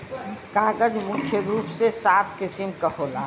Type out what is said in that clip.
कागज मुख्य रूप से सात किसिम क होला